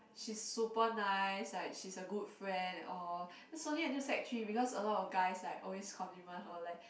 she's super nice like she's a good friend and all then slowly until sec three because a lot of guys like always compliment her like